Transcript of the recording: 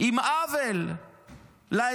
עם עוול לאזרחים,